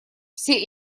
все